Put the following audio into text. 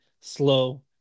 slow